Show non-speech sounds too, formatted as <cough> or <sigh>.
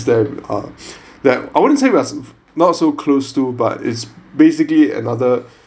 there uh <breath> that I wouldn't say we're not so close to but it's basically another